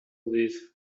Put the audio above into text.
these